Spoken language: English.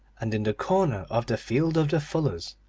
and in the corner of the field of the fullers,